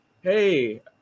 hey